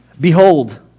Behold